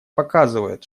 показывает